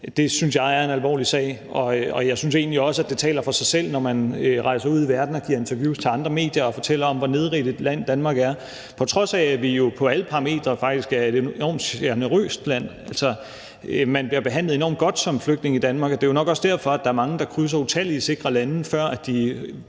synes jeg er en alvorlig sag. Og jeg synes egentlig også, det taler for sig selv, når man rejser ud i verden og giver interviews til andre medier og fortæller om, hvor nedrigt et land Danmark er, på trods af at vi jo på alle parametre faktisk er et enormt generøst land. Man bliver behandlet enormt godt som flygtning i Danmark, og det er jo nok også derfor, at der er mange, der krydser grænserne til utallige sikre lande, før de